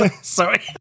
Sorry